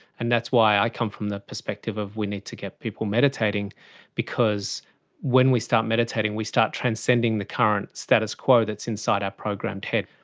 and that's why i come from the perspective of we need to get people meditating because when we start meditating we start transcending the current status quo that's inside our programmed head.